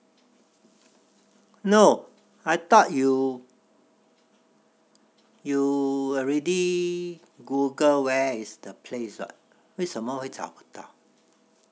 look I thought you you already google where is the place [what] 为什么会找不到